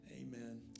amen